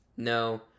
No